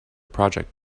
project